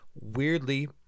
Weirdly